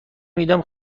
میدیم